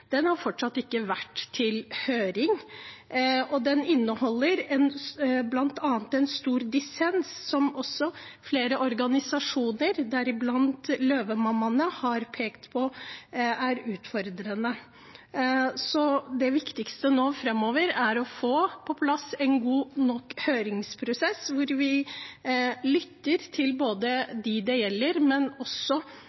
har fortsatt ikke vært til høring, og den inneholder bl.a. en stor dissens som også flere organisasjoner, deriblant Løvemammaene, har pekt på er utfordrende. Det viktigste nå framover er å få på plass en god nok høringsprosess hvor vi lytter til både